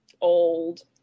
old